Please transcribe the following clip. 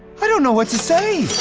i don't know what say!